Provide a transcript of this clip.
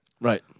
Right